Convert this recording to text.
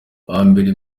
bambere